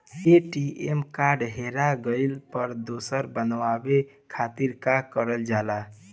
ATM card हेरा गइल पर दोसर बनवावे खातिर का करल जाला?